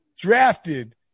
drafted